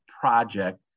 project